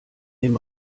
dem